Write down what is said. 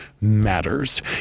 matters